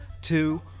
two